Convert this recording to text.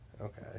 Okay